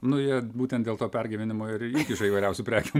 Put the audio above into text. nu jie būtent dėl to pergyvenimo ir įkiša įvairiausių prekių